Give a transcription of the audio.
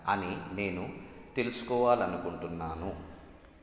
అని నేను తెలుసుకోవాలి అనుకుంటున్నాను